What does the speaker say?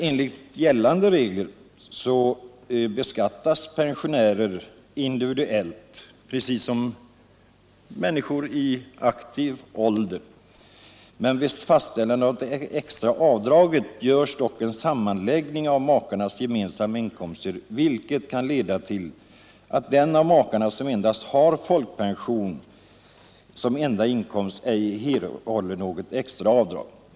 Enligt gällande regler beskattas pensionärer individuellt precis som människor i aktiv ålder. Men vid fastställande av det extra avdraget görs dock en sammanläggning av makarnas gemensamma inkomster, vilket kan leda till att den av makarna som har folkpensionen som enda inkomst ej erhåller något extra avdrag.